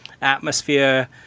atmosphere